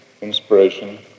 inspiration